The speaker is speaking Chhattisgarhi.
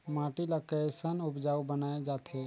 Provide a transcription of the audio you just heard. माटी ला कैसन उपजाऊ बनाय जाथे?